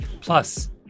Plus